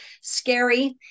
scary